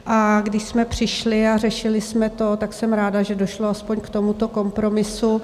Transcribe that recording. A když jsme přišli a řešili jsme to, tak jsem ráda, že došlo aspoň k tomuto kompromisu.